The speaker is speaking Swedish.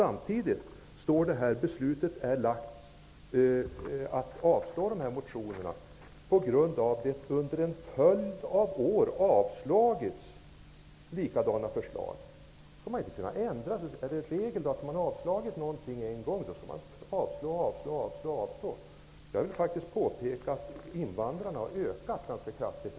Motiveringen till rekommendationen att avslå motionerna är att likadana förslag avslagits under en följd av år. Är det regel att om man har avslagit ett förslag en gång så skall man fortsätta att avslå det? Jag vill då påpeka att antalet invandrare här i Sverige har ökat ganska kraftigt.